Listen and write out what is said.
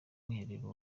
mwiherero